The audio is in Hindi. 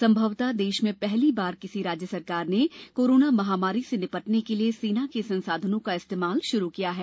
संभवतः देश में पहली बार किसी राज्य सरकार ने कोरोना महामारी से निपटने के लिए सेना के संसाधनों का इस्तेमाल शुरू किया है